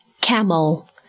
camel